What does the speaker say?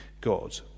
God